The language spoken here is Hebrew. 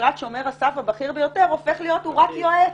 משרת שומר הסף הבכיר ביותר הופך להיות רק יועץ,